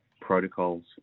protocols